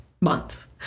month